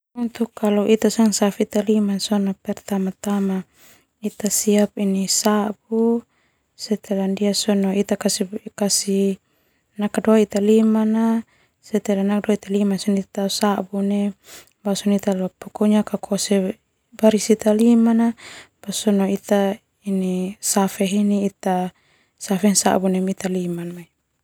Siap sabu siap oe ita nakadoe ita liman ita lose sabu basa sona safe heni ita sabu.